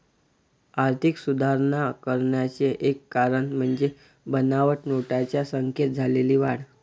आर्थिक सुधारणा करण्याचे एक कारण म्हणजे बनावट नोटांच्या संख्येत झालेली वाढ